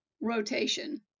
rotation